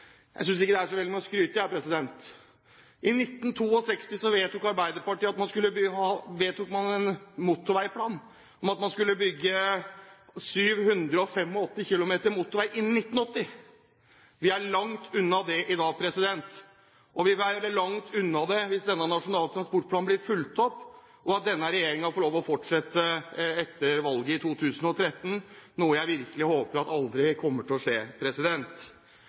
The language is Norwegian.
Jeg synes ikke det er så veldig mye å skryte av. I 1962 vedtok man en motorveiplan om at man skulle bygge 785 km motorvei innen 1980. Vi er langt unna det i dag, og vi vil være langt unna det hvis denne nasjonale transportplanen blir fulgt opp, og denne regjeringen får lov til å fortsette etter valget i 2013, noe jeg virkelig håper aldri kommer til å skje.